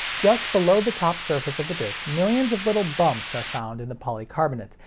just below the top surface of the disc, millions of little bumps are found in the polycarbonate,